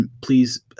please